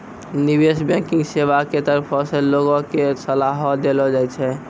निबेश बैंकिग सेबा के तरफो से लोगो के सलाहो देलो जाय छै